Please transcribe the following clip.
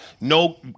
no